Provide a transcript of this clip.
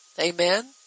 amen